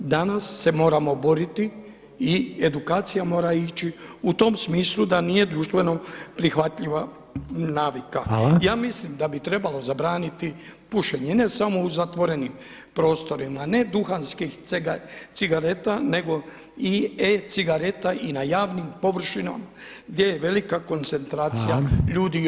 Danas se moramo boriti i edukacija mora ići u tom smislu da nije društveno prihvatljiva navika [[Upadica Reiner: Hvala.]] Ja mislim da bi trebalo zabraniti pušenje, ne samo u zatvorenim prostorima ne duhanskih cigareta nego i e-cigareta i na javnim površinama gdje je velika koncentracija ljudi i osoba.